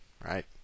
right